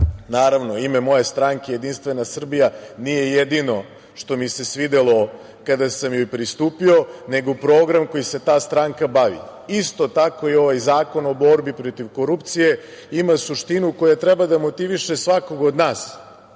Naravno, ime moje stranke, Jedinstvena Srbija, nije jedino što mi se svidelo kada sam joj pristupio, nego program kojim se ta stranka bavi. Isto tako i ovaj Zakon o borbi protiv korupcije ima suštinu koja treba da motiviše svakoga od nas